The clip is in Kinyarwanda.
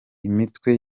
imitwe